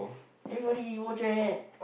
everybody emo Jack